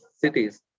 cities